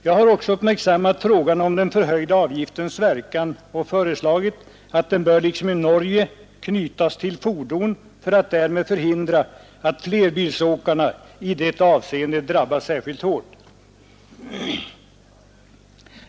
Jag har också uppmärksammat frågan om den förhöjda avgiftens verkan och föreslagit att den bör liksom i Norge knytas till fordon för att därmed förhindra att flerbilsåkarna i det avseendet drabbas särskilt hårt.